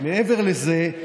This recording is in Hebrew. מעבר לזה,